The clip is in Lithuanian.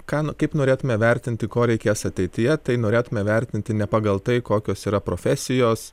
ką nu kaip norėtumėme vertinti ko reikės ateityje tai norėtumėme vertinti ne pagal tai kokios yra profesijos